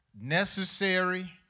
necessary